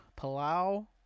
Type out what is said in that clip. Palau